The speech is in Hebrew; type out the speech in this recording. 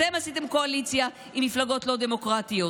אתם עשיתם קואליציה עם מפלגות לא דמוקרטיות,